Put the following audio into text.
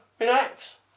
relax